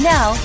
Now